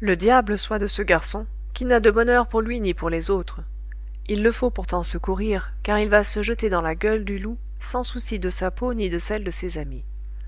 le diable soit de ce garçon qui n'a de bonheur pour lui ni pour les autres il le faut pourtant secourir car il va se jeter dans la gueule du loup sans souci de sa peau ni de celle de ses amis